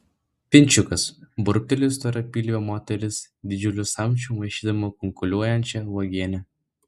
pinčiukas burbteli storapilvė moteris didžiuliu samčiu maišydama kunkuliuojančią uogienę